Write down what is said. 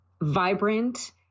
vibrant